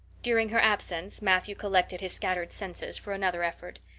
during her absence matthew collected his scattered senses for another effort.